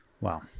Wow